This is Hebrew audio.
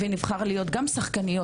ונבחר להיות גם שחקניות,